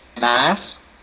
Nice